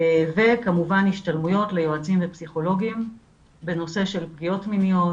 וכמובן השתלמויות ליועצים ופסיכולוגים בנושא של פגיעות מיניות,